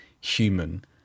human